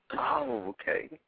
okay